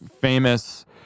famous